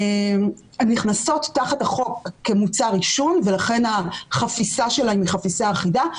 הן נכנסות תחת החוק כמוצר עישון ולכן החפיסה שלהן היא חפיסה אחידה,